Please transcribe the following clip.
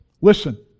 Listen